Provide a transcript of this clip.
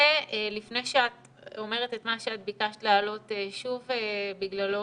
ולפני שאת אומרת את מה שאת ביקשת לעלות שוב בגללו